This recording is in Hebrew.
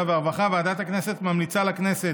מוועדת החינוך,